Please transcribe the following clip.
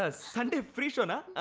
ah sunday free show? and